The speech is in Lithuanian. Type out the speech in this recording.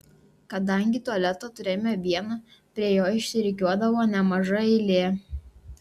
kadangi tualetą turėjome vieną prie jo išsirikiuodavo nemaža eilė